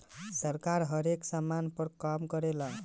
सरकार हरेक सामान पर कर लेवेला